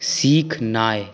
सिखनाइ